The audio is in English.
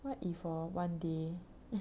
what if hor one day